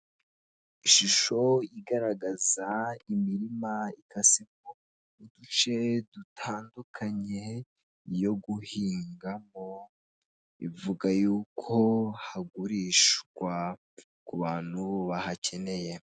Ishusho igaragaza imirima ikase muduce dutandukanye yo guhingamo, ivuga yuko hagurishwa ku bantu bahakeneye.